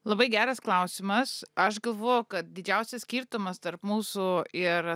labai geras klausimas aš galvoju kad didžiausias skirtumas tarp mūsų ir